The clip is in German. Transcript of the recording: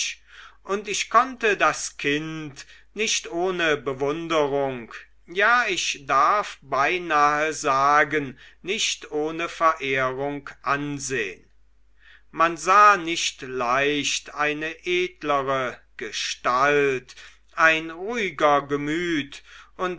und ich konnte das kind nicht ohne verwunderung ja ich darf beinahe sagen nicht ohne verehrung ansehn man sah nicht leicht eine edlere gestalt ein ruhiger gemüt und